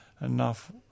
enough